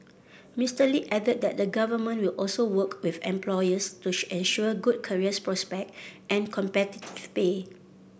Mister Lee added that the Government will also work with employers to ensure good career prospect and competitive pay